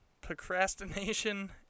procrastination